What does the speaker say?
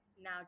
now